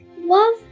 love